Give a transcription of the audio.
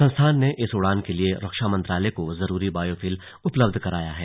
संस्थान ने इस उड़ान के लिए रक्षा मंत्रालय को जरूरी बायोफ्यूल उपलब्ध कराया है